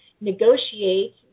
negotiate